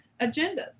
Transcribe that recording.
agendas